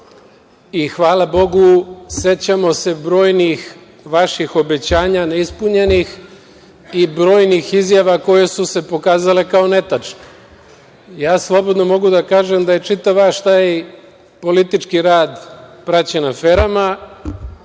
i hvala Bogu, sećamo se brojnih vaših obećanja neispunjenih i brojnih izjava koje su se pokazale kao netačne. Slobodno mogu da kažem da je čitav vaš taj politički rad praćen aferama,